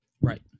Right